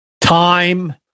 time